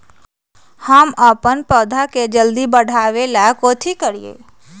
हम अपन पौधा के जल्दी बाढ़आवेला कथि करिए?